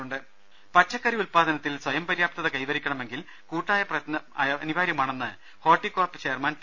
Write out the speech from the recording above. ദർവ്വെട്ടറ പച്ചക്കറി ഉത്പാദനത്തിൽ സ്വയംപര്യാപ്തത കൈവരിക്കണമെങ്കിൽ കൂട്ടായ പ്രയത്നം അനിവാര്യമാണെന്ന് ഹോർട്ടി കോർപ്പ് ചെയർമാൻ ടി